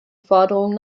forderung